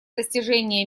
достижения